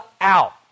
out